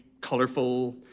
colorful